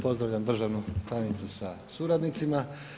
Pozdravljam državnu tajnicu sa suradnicima.